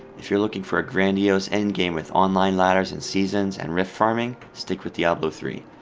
if you're looking for a grandiose endgame with online ladders and seasons and rift farming, stick with diablo three.